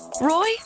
Roy